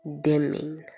dimming